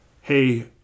hey